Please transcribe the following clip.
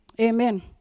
Amen